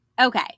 okay